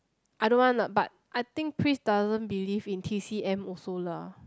I don't want lah but I think Chris doesn't believe in T_C_M also lah